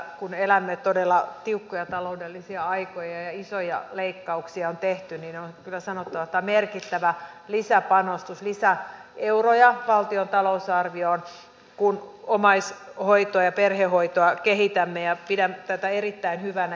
kun elämme todella tiukkoja taloudellisia aikoja ja isoja leikkauksia on tehty niin on kyllä sanottava että tämä on merkittävä lisäpanostus lisäeuroja valtion talousarvioon kun omaishoitoa ja perhehoitoa kehitämme ja pidän tätä erittäin hyvänä